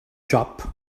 siop